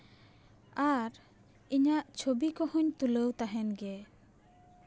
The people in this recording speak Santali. ᱟᱨ ᱤᱧᱟᱹᱜ ᱪᱷᱚᱵᱤ ᱠᱚᱦᱚᱧ ᱛᱩᱞᱟᱹᱣ ᱛᱟᱦᱮᱱ ᱜᱮ